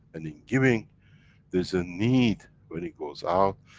and in giving there's a need when it goes out,